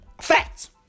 Facts